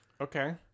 okay